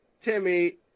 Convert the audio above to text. Timmy